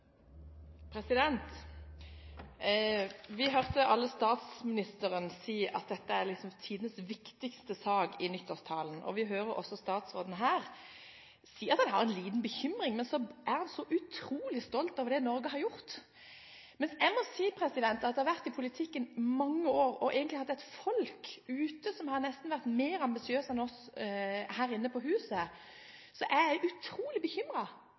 Vi hørte alle statsministeren si i nyttårstalen at dette er tidenes viktigste sak, og vi hører også statsråden her si at han har en liten bekymring. Men så er han så utrolig stolt av det Norge har gjort, mens jeg må si at det har vært i politikken i mange år, og at vi egentlig har hatt et folk der ute som nesten har vært mer ambisiøse enn oss her inne på huset. Så jeg er utrolig